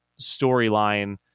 storyline